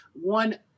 one